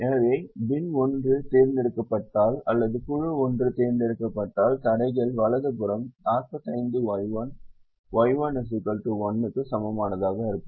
எனவே பின் 1 தேர்ந்தெடுக்கப்பட்டால் அல்லது குழு 1 தேர்ந்தெடுக்கப்பட்டால் தடைகள் வலது புறம் 45Y1 Y1 1 க்கு சமமானதாக இருக்கும்